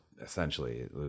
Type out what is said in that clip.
essentially